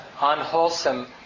unwholesome